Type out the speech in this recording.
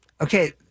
okay